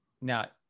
Now